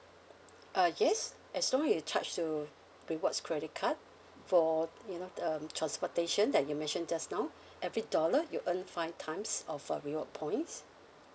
uh yes as long you charge to rewards credit card for you know the um transportation that you mentioned just now every dollar you earn five times of uh reward points